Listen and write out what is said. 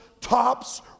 tops